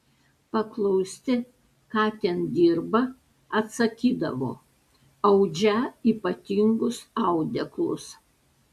paklausti ką ten dirbą atsakydavo audžią ypatingus audeklus